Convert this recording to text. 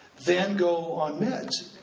van gogh on meds.